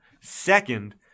Second